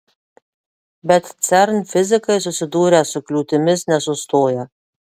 bet cern fizikai susidūrę su kliūtimis nesustoja